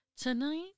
Tonight